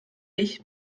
ich